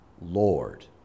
Lord